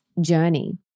journey